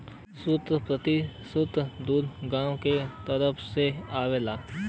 सत्तर प्रतिसत दूध गांव के तरफ से आवला